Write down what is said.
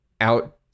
out